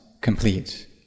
complete